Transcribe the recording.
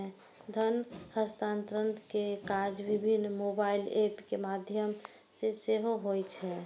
धन हस्तांतरण के काज विभिन्न मोबाइल एप के माध्यम सं सेहो होइ छै